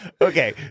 Okay